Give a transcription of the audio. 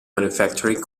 manufacturing